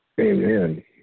Amen